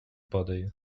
падає